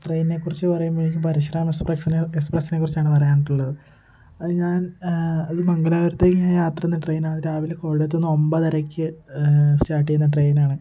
ട്രെയിനിനെക്കുറിച്ച് പറയുമ്പോഴേക്കും പരശുറാം എക്സ്പ്രസിനെ എക്സ്പ്രസിനെക്കുറിച്ചാണ് പറയാനായിട്ടുള്ളത് അത് ഞാൻ അത് മംഗലാപുരത്തേക്ക് ഞാൻ യാത്ര ചെയ്യുന്ന ട്രെയിനാണ് രാവിലെ കൊല്ലത്തുന്ന് ഒമ്പതരയ്ക്ക് സ്റ്റാർട്ട് ചെയ്യുന്ന ട്രെയിനാണ്